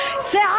Say